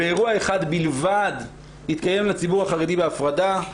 ואירוע אחד בלבד התקיים לציבור החרדי בהפרדה.